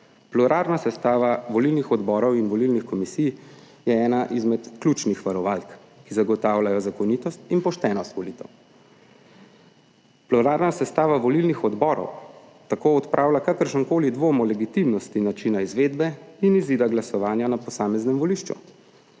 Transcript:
Pluralna sestava volilnih odborov in volilnih komisij je ena izmed ključnih varovalk, ki zagotavljajo zakonitost in poštenost volitev. Pluralna sestava volilnih odborov tako odpravlja kakršenkoli dvom o legitimnosti načina izvedbe in izida glasovanja na posameznem volišču.